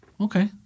Okay